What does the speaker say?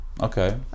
Okay